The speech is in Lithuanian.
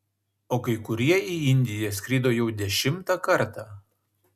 o kai kurie į indiją skrido jau dešimtą kartą